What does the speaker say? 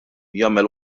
jagħmel